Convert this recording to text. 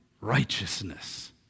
righteousness